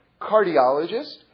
cardiologist